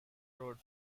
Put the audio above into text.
road